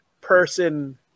person